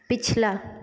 पिछला